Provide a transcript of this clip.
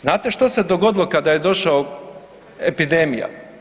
Znate što se dogodilo kada je došao epidemija?